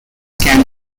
can